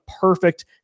perfect